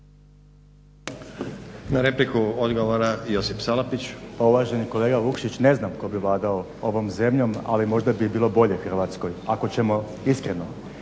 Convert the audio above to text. Salapić. **Salapić, Josip (HDSSB)** Pa uvaženi kolega Vukšić, ne znam tko bi vladao ovom zemljom ali možda bi bilo bolje Hrvatskoj ako ćemo iskreno.